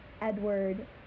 Edward